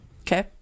Okay